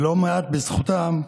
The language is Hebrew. ולא מעט בזכותם,